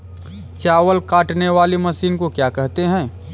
चावल काटने वाली मशीन को क्या कहते हैं?